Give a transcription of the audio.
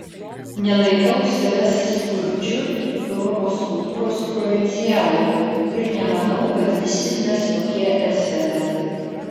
nelaikau savęs skurdžiu europos kultūros provincialu ir nemanau kad visi mes tokie esame